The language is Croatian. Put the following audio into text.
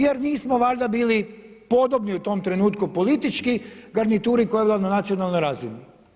Jer nismo valjda bili podobni u tom trenutku politički, garnituri koja je bila na nacionalnoj razini.